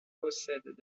possèdent